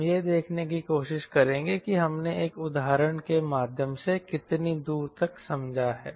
हम यह देखने की कोशिश करेंगे कि हमने एक उदाहरण के माध्यम से कितनी दूर तक समझा है